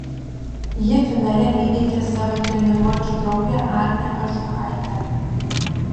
ji finale įveikė savo treniruočių draugę agnę ažukaitę